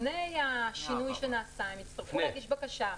לפני השינוי שנעשה הם יצטרכו להגיש בקשה.